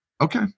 Okay